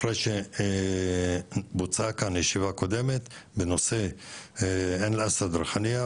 אחרי שהתקיימה כאן ישיבה קודמת בנושא עין אל-אסד וריחאניה,